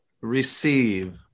receive